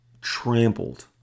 trampled